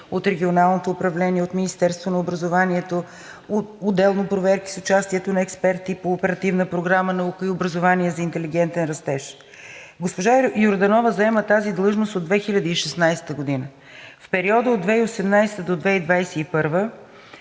от Регионалното управление, от Министерството на образованието и науката, отделно проверки с участието на експерти по Оперативна програма „Наука и образование за интелигентен растеж“. Госпожа Йорданова заема тази длъжност от 2016 г. В периода от 2018 – 2021 г. на